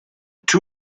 two